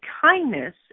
kindness